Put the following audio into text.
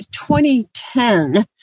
2010